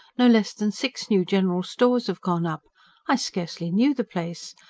no less than six new general stores have gone up i scarcely knew the place.